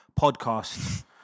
podcast